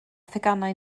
theganau